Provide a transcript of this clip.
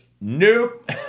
Nope